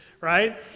right